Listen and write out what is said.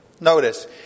Notice